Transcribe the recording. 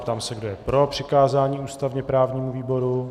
Ptám se, kdo je pro přikázání ústavněprávnímu výboru.